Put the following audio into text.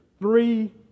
three